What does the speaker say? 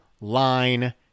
line